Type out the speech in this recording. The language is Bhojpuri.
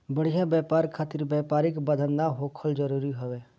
बढ़िया व्यापार खातिर व्यापारिक बाधा ना होखल जरुरी हवे